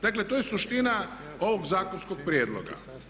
Dakle, to je suština ovog zakonskog prijedloga.